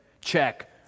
Check